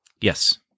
Yes